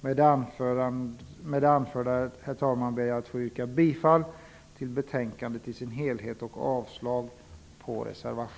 Med det anförda ber jag att få yrka bifall till betänkandets hemställan i dess helhet.